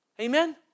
Amen